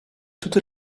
toute